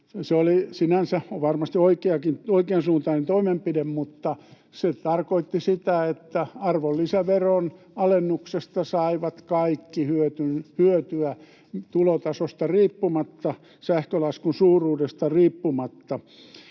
Se oli sinänsä varmasti oikeansuuntainen toimenpide, mutta se tarkoitti sitä, että arvonlisäveron alennuksesta saivat hyötyä kaikki tulotasosta riippumatta, sähkölaskun suuruudesta riippumatta,